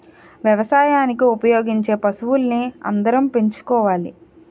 వ్యవసాయానికి ఉపయోగించే పశువుల్ని అందరం పెంచుకోవాలి